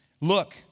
Look